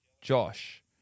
Josh